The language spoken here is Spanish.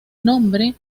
nombre